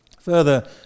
Further